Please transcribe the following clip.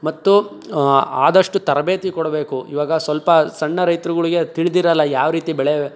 ಮತ್ತು ಆದಷ್ಟು ತರಬೇತಿ ಕೊಡಬೇಕು ಇವಾಗ ಸ್ವಲ್ಪ ಸಣ್ಣ ರೈತ್ರುಗಳಿಗೆ ತಿಳ್ದಿರೋಲ್ಲ ಯಾವ ರೀತಿ ಬೆಳೆ